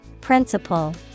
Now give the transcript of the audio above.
Principle